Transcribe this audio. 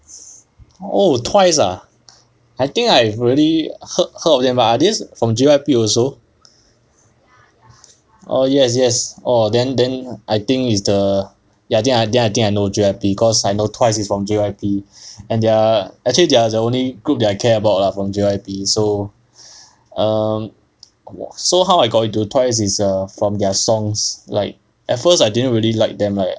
oh twice ah I think I've already heard heard of them uh are they from J_Y_P also oh yes yes orh then then I think is the ya then I think I know J_Y_P cause I know twice is from J_Y_P and they're actually they are the only group that I care about lah from J_Y_P so um so how I got into twice is err from their songs like at first I didn't really liked them like